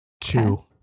two